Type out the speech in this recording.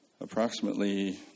Approximately